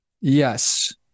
yes